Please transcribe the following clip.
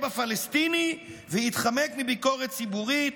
הכה הפלסטיני והתחמק מביקורת ציבורית,